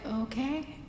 okay